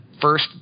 first